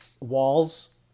Walls